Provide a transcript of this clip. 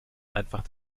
einfach